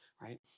right